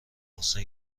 محسن